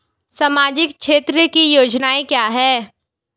सामाजिक क्षेत्र की योजनाएं क्या हैं?